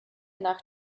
nach